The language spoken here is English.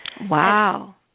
Wow